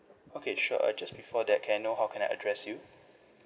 okay sure uh just before that can I know how can I address you